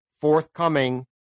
forthcoming